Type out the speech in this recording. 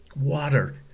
Water